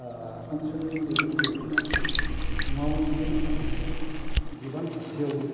ओनसोलनि दैदेनगिरिफोरा मावनांगौनि माखासे बिबान थासेयावबो